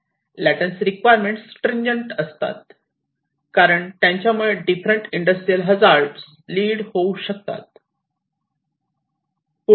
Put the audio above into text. latency requirement stringent असतात कारण त्यांच्यामुळे डिफरंट इंडस्ट्रियल हजार्ड लीड होऊ शकतात